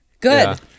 Good